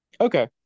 Okay